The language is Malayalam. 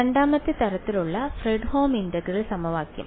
രണ്ടാമത്തെ തരത്തിലുള്ള ഫ്രെഡ്ഹോം ഇന്റഗ്രൽ സമവാക്യം